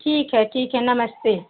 ठीक है ठीक है नमस्ते